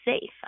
safe